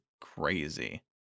crazy